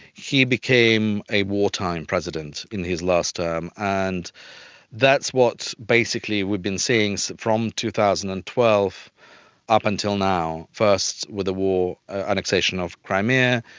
he became a wartime president in his last term. and that's what basically we've been seeing so from two thousand and twelve up until now, first with the annexation of crimea,